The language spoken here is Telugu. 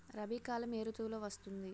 రబీ కాలం ఏ ఋతువులో వస్తుంది?